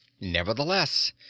Nevertheless